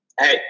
hey